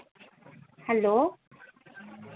hello